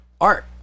art